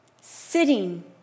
Sitting